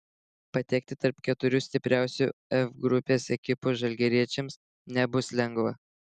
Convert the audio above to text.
patekti tarp keturių stipriausių f grupės ekipų žalgiriečiams nebus lengva